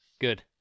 good